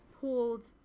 pulled